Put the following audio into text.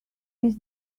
this